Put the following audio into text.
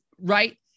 Right